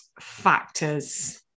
factors